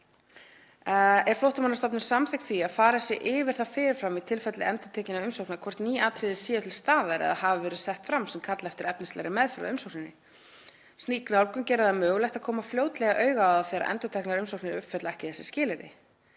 er Flóttamannastofnun samþykk því að farið sé yfir það fyrir fram í tilfelli endurtekinna umsókna hvort ný atriði séu til staðar eða hafi verið sett fram sem kalli eftir efnislegri meðferð á umsókninni. Slík nálgun gerir það mögulegt að koma fljótlega auga á það þegar endurteknar umsóknir uppfylla ekki þessi skilyrði.